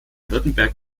württemberg